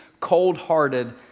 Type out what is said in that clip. cold-hearted